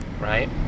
right